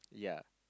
yea